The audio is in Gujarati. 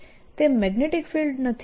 તે મેગ્નેટીક ફીલ્ડ નથી